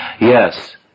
Yes